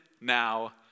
now